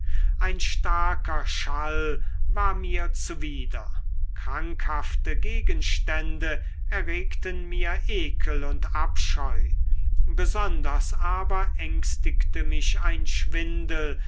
ein starker schall war mir zuwider krankhafte gegenstände erregten mir ekel und abscheu besonders aber ängstigte mich ein schwindel